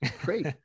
great